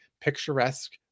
picturesque